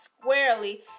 squarely